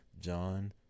John